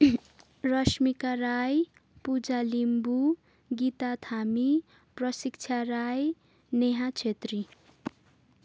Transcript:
Rashmika Rai Puja Limbu Gita Thami Prashiksha Rai Neha Chhetri